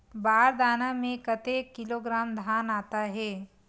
बार दाना में कतेक किलोग्राम धान आता हे?